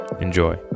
Enjoy